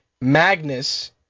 Magnus